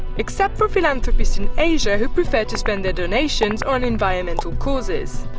except for philanthropists in asia who prefer to spend their donations on environmental causes.